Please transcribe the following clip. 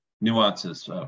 nuances